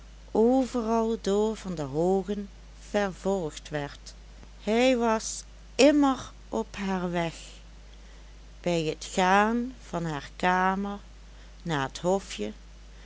overal door van der hoogen vervolgd werd hij was immer op haar weg bij het gaan van haar kamer naar het hofje